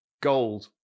gold